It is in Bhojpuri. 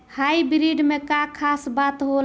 हाइब्रिड में का खास बात होला?